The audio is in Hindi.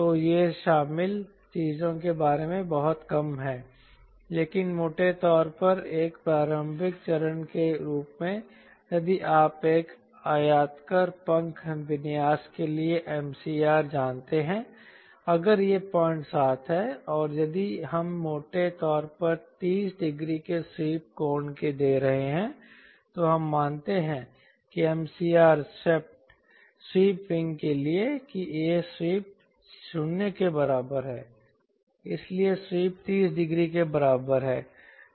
तो ये शामिल चीज़ों के बारे में बहुत कम हैं लेकिन मोटे तौर पर एक प्रारंभिक चरण के रूप में यदि आप एक आयताकार पंख विन्यास के लिए MCR जानते हैं अगर यह 07 है और यदि हम मोटे तौर पर 30 डिग्री के स्वीप कोण दे रहे हैं तो हम मानते हैं कि MCR स्वेप्ट विंग के लिए कि यह स्वीप 0 के बराबर है इसलिए स्वीप 30 डिग्री के बराबर है